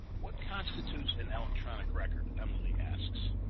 what constitutes an electronic record? emily asks